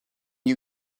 you